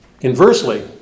inversely